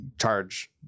charge